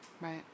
Right